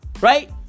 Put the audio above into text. right